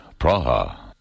Praha